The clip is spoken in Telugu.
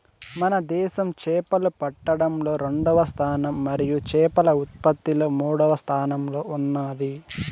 మన దేశం చేపలు పట్టడంలో రెండవ స్థానం మరియు చేపల ఉత్పత్తిలో మూడవ స్థానంలో ఉన్నాది